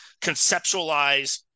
conceptualize